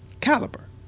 caliber